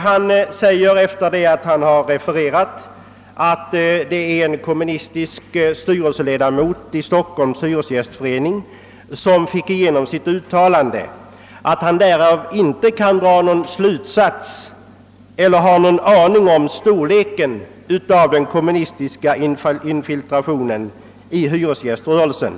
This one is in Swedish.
Han säger, sedan han uppgivit att det var en kommunistisk styrelseledamot i Stockholms hyresgästförening som fick igenom sitt uttalande, att man därav inte kan få någon uppfattning om storleken av den kommunistiska infiltrationen i hyresgäströrelsen.